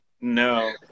No